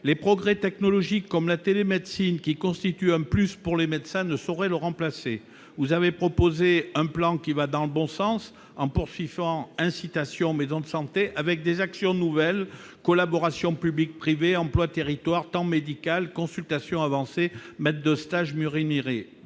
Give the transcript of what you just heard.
les progrès technologiques comme la télémédecine qui constitue un plus pour les médecins ne saurez le remplacer, vous avez proposé, un plan qui va dans le bon sens en pour FIFA incitation maisons de santé avec des actions nouvelles collaborations public-privé Emploi territoire tant médical consultations avancées maître de stage,